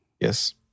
Yes